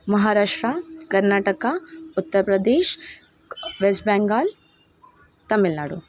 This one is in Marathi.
महाराष्ट्र कर्नाटक उत्तर प्रदेश क् वेस्ट बंगाल तमिळनाडू